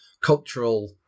cultural